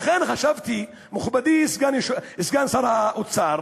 לכן, חשבתי, מכובדי סגן שר האוצר,